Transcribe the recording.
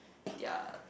their